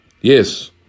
Yes